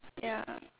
ya